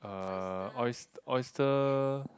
uh oys~ oyster